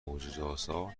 معجزهآسا